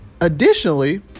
Additionally